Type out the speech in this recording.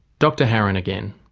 dr haran again.